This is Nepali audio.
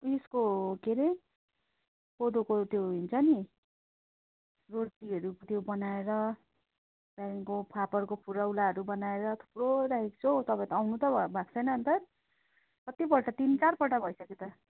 उयसको के अरे कोदोको त्यो हुन्छ नि रोटीहरू त्यो बनाएर त्यहाँदेखिको फाफरको फुरौलोहरू बनाएर थुप्रो राखेको छु हौ तपाईँ त आउनु त भएको छैन अन्त कति पल्ट तिन चार पल्ट भइसक्यो त लागेको